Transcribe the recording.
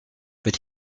but